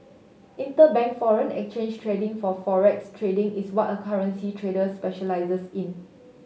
interbank foreign exchange trading or forex trading is what a currency traders specialises in